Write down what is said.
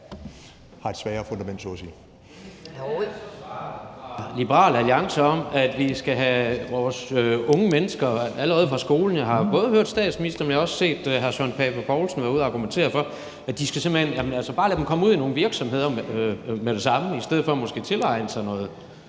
Var det så svaret fra Liberal Alliance, i forhold til hvad vi skal gøre med vores unge mennesker allerede i skolen? Jeg har både hørt statsministeren og også hr. Søren Pape Poulsen være ude at argumentere for, at man simpelt hen bare skal lade dem komme ud i nogle virksomheder med det samme i stedet for måske at lade dem tilegne sig noget